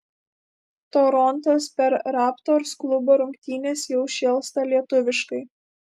torontas per raptors klubo rungtynes jau šėlsta lietuviškai